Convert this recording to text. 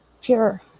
Pure